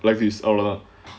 life is our